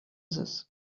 this